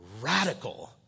radical